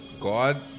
God